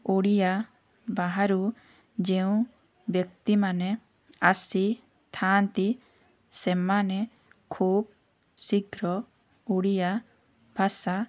ଓଡ଼ିଆ ବାହାରୁ ଯେଉଁ ବ୍ୟକ୍ତିମାନେ ଆସିଥାନ୍ତି ସେମାନେ ଖୁବ୍ ଶୀଘ୍ର ଓଡ଼ିଆ ଭାଷା